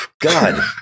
God